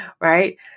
right